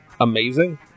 amazing